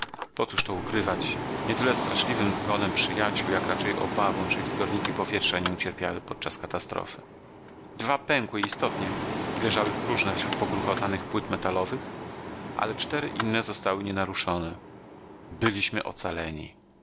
cóż to ukrywać nie tyle straszliwym zgonem przyjaciół jak raczej obawą czy ich zbiorniki powietrza nic ucierpiały podczas katastrofy dwa pękły istotnie i leżały próżne wśród pogruchotanych płyt metalowych ale cztery inne zostały nienaruszone byliśmy ocaleni